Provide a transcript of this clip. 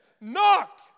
knock